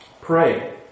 pray